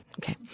Okay